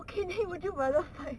okay then would you rather fight